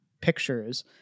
pictures